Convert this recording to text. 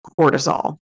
cortisol